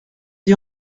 dit